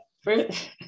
first